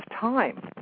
time